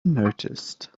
noticed